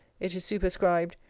it is superscribed,